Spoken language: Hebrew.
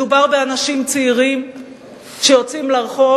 מדובר באנשים צעירים שיוצאים לרחוב,